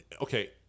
okay